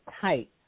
tight